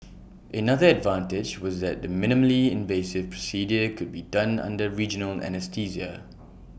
another advantage was that the minimally invasive procedure could be done under regional anaesthesia